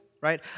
right